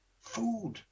Food